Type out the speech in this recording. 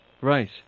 Right